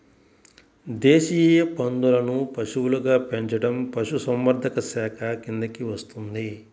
దేశీయ పందులను పశువులుగా పెంచడం పశుసంవర్ధక శాఖ కిందికి వస్తుంది